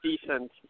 decent